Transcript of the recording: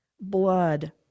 Blood